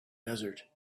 desert